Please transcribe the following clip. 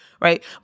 right